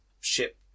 ship